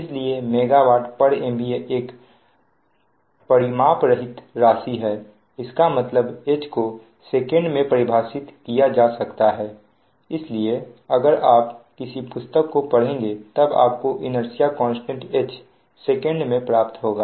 इसलिए MWMVA एक परिमापरहित राशि है इसका मतलब H को सेकंड में परिभाषित किया जा सकता है इसलिए अगर आप किसी पुस्तक को पढ़ेंगे तब आपको इनेर्सिया कांस्टेंट H सेकंड में प्राप्त होगा